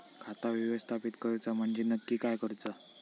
खाता व्यवस्थापित करूचा म्हणजे नक्की काय करूचा?